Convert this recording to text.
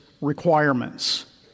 requirements